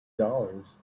dollars